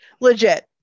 Legit